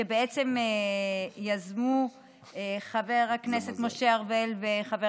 שבעצם יזמו חבר הכנסת משה ארבל וחבר